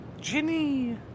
Ginny